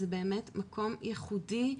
זה באמת מקום ייחודי.